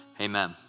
amen